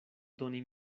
doni